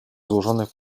złożonych